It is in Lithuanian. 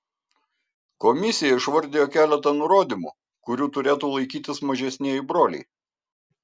komisija išvardijo keletą nurodymų kurių turėtų laikytis mažesnieji broliai